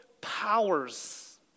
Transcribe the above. powers